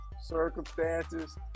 circumstances